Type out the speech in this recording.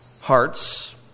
hearts